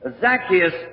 Zacchaeus